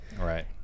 Right